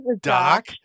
Doc